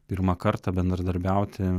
pirmą kartą bendradarbiauti